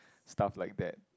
stuff like that